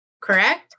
correct